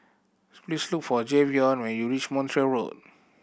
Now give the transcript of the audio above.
please look for Jayvion when you reach Montreal Road